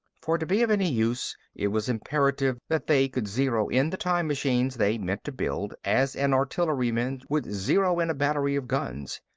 for to be of any use, it was imperative that they could zero in the time machines they meant to build as an artilleryman would zero in a battery of guns,